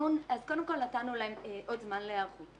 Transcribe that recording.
קודם כל, נתנו להם עוד זמן היערכות.